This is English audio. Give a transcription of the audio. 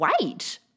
wait